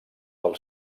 del